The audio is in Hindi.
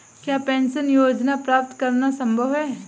क्या पेंशन योजना प्राप्त करना संभव है?